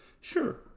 Sure